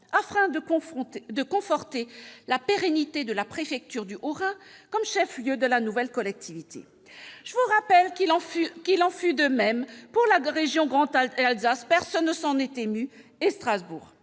à conforter la pérennité de la préfecture du Haut-Rhin comme chef-lieu de la nouvelle collectivité. Je vous rappelle qu'il en fut de même pour la région Grand Est et Strasbourg ; personne ne s'en est ému. Mon